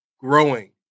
growing